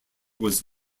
was